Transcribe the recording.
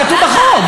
כתוב בחוק,